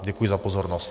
Děkuji za pozornost.